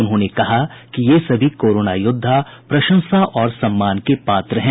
उन्होंने कहा कि ये सभी कोरोना योद्वा प्रशंसा और सम्मान के पात्र हैं